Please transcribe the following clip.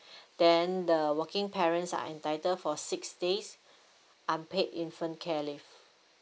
then the working parents are entitle for six days unpaid infant care leave